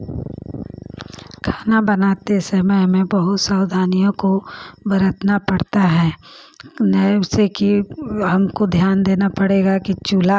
खाना बनाते समय हमें बहुत सावधानियों को बरतना पड़ता है जैसे कि हमको ध्यान देना पड़ेगा कि चूल्हा